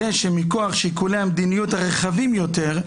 הרי שמכוח שיקולי המדיניות הרחבים יותר,